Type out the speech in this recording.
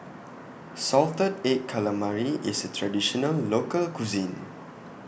Salted Egg Calamari IS A Traditional Local Cuisine